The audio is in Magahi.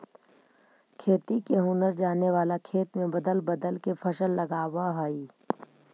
खेती के हुनर जाने वाला खेत में बदल बदल के फसल लगावऽ हइ